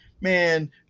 man